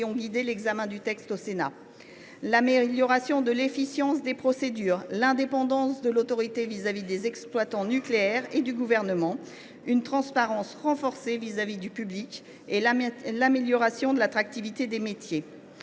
ayant guidé l’examen de ce texte : l’amélioration de l’efficience des procédures ; l’indépendance de l’autorité par rapport aux exploitants nucléaires et au Gouvernement ; une transparence renforcée vis à vis du public ; l’amélioration de l’attractivité des métiers.